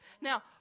Now